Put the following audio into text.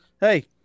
Hey